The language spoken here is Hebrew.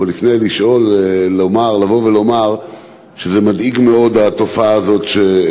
ולפני זה לבוא ולומר שהתופעה הזאת מדאיגה מאוד,